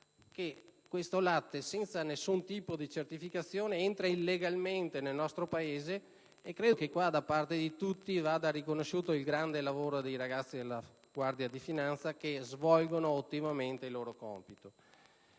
che, senza alcun tipo di certificazione, entra illegalmente nel nostro paese. Credo che da parte di tutti vada riconosciuto il gran lavoro dei ragazzi della Guardia di finanza che svolgono ottimamente il loro compito.